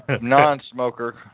non-smoker